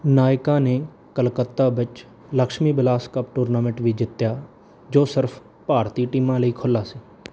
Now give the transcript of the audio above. ਨਾਇਕਾ ਨੇ ਕੋਲਕਾਤਾ ਵਿੱਚ Lakshmi Bilas cup tournament ਵੀ ਜਿੱਤਿਆ ਜੋ ਸਿਰਫ ਭਾਰਤੀ ਟੀਮਾਂ ਲਈ ਖੁੱਲ੍ਹਾ ਸੀ